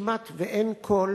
וכמעט אין קול